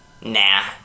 nah